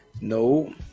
No